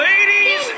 Ladies